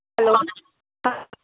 hello ਹਾਂ